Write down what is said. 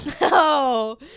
No